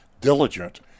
diligent